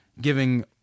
giving